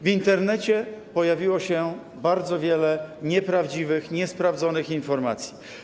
W Internecie pojawiło się bardzo wiele nieprawdziwych, niesprawdzonych informacji.